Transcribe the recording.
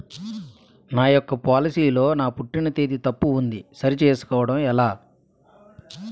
నా యెక్క పోలసీ లో నా పుట్టిన తేదీ తప్పు ఉంది సరి చేసుకోవడం ఎలా?